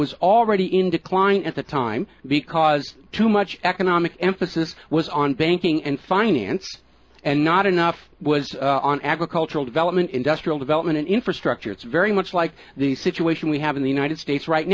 was already in decline at that time because too much economic emphasis was on banking and finance and not enough was on agricultural development industrial development and infrastructure it's very much like the situation we have in the united states right